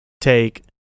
take